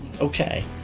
okay